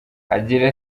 agira